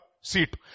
seat